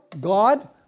God